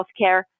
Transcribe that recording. healthcare